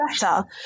better